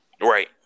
Right